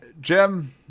Jim